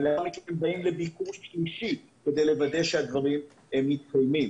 ולאחר מכן הם באים לביקור שלישי כדי לוודא שהדברים מתקיימים.